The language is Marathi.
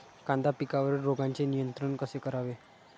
कांदा पिकावरील रोगांचे नियंत्रण कसे करावे?